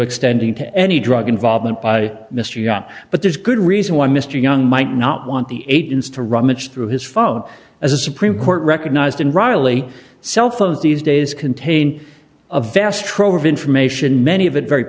extending to any drug involvement by mr young but there's good reason why mr young might not want the agents to rummage through his phone as a supreme court recognized and riley cell phones these days contain a vast trove of information many of it very